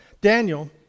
Daniel